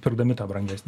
pirkdami tą brangesnį